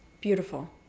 Beautiful